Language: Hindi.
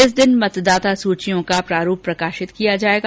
इस दिन मतदाता सूचियों का प्रारूप प्रकाशित किया जाएगा